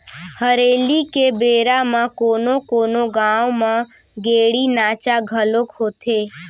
हरेली के बेरा म कोनो कोनो गाँव म गेड़ी नाचा घलोक होथे